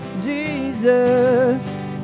Jesus